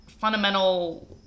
fundamental